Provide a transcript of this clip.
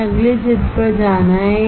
हमें अगले चित्र पर जाना है